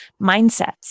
mindsets